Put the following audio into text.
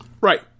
Right